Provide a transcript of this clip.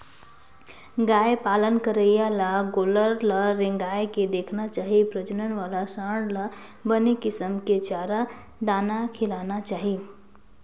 गाय पालन करइया ल गोल्लर ल रेंगाय के देखना चाही प्रजनन वाला सांड ल बने किसम के चारा, दाना खिलाना चाही